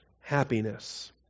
Happiness